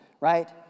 right